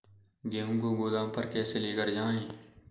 गेहूँ को गोदाम पर कैसे लेकर जाएँ?